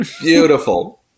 beautiful